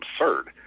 absurd